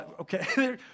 Okay